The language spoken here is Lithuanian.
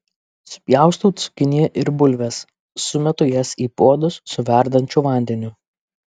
supjaustau cukiniją ir bulves sumetu jas į puodus su verdančiu vandeniu